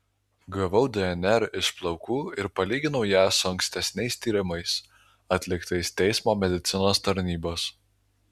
gavau dnr iš plaukų ir palyginau ją su ankstesniais tyrimais atliktais teismo medicinos tarnybos